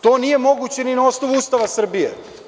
To nije moguće ni na osnovu Ustava Srbije.